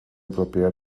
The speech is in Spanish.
propiedad